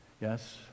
Yes